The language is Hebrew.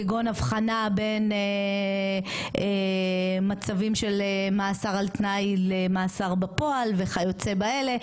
כגון הבחנה בין מצבים של מאסר על תנאי למאסר בפועל וכיוצא באלה.